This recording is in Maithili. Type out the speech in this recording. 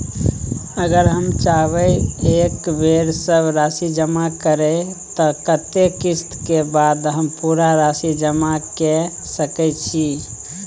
अगर हम चाहबे एक बेर सब राशि जमा करे त कत्ते किस्त के बाद हम पूरा राशि जमा के सके छि?